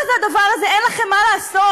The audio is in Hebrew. מה זה הדבר הזה, אין לכם מה לעשות?